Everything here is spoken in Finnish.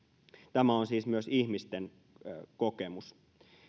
tämä on siis myös ihmisten kokemus